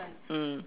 mm